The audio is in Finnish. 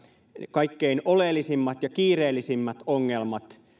kaikkein oleellisimmat ja kiireellisimmät ongelmat